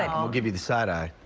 um i'll give you the side eye.